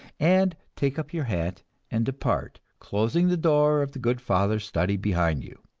and take up your hat and depart, closing the door of the good father's study behind you.